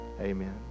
Amen